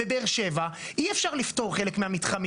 בבאר שבע, אי אפשר לפתור חלק מהמתחמים.